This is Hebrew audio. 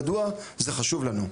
מדוע זה חשוב לנו?